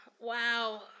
wow